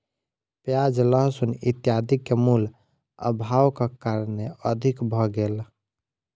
प्याज लहसुन इत्यादि के मूल्य, अभावक कारणेँ अधिक भ गेल